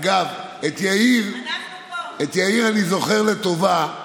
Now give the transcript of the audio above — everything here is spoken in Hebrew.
אגב, את יאיר אני זוכר לטובה,